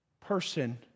person